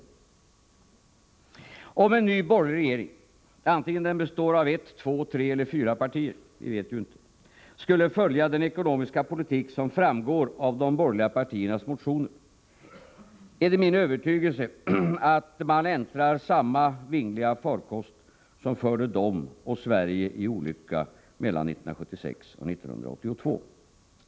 Såvida en ny borgerlig regering, oavsett den består av ett, två, tre eller fyra partier — vilket vet vi inte — skulle följa den ekonomiska politik som framgår av de borgerliga partiernas motioner, är det min övertygelse att man äntrar samma vingliga farkost som förde dem och Sverige i olycka mellan 1976 och 1982.